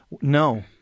No